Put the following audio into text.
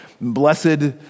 Blessed